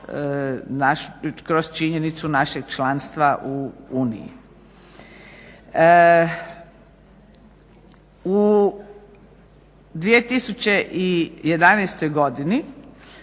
kroz činjenicu našeg članstva u Uniji. U 2011. godini